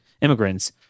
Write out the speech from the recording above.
immigrants